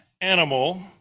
animal